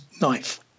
knife